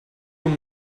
will